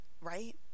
right